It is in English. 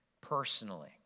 personally